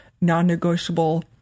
non-negotiable